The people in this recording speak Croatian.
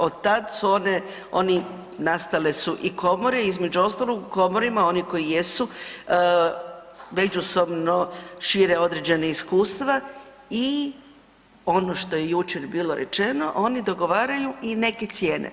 Od tad su oni, nastale su i komore između ostalog u komorama oni koji jesu međusobno šire određena iskustva i ono što je jučer bilo rečeno oni dogovaraju i neke cijene.